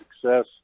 success